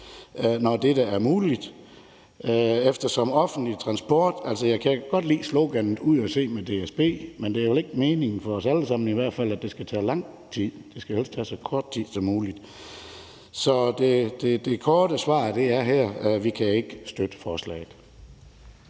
når dette er muligt. Jeg kan godt lide sloganet »Ud og se med DSB«, men det er vel i hvert fald ikke meningen for os alle sammen, at det skal tage lang tid. Det skal helst tage så kort tid som muligt. Så det korte svar her er, at vi ikke kan støtte forslaget.